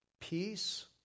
peace